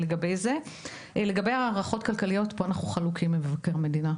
לגבי הערכות כלכליות פה אנחנו חלוקים עם מבקר המדינה.